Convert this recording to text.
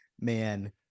man